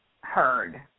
heard